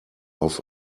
auf